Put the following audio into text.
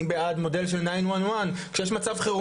אני בעד מודל של 911. כשיש מצב חירום